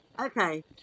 Okay